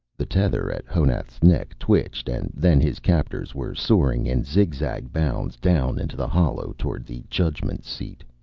the tether at honath's neck twitched, and then his captors were soaring in zig-zag bounds down into the hollow toward the judgment seat.